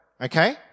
okay